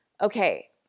okay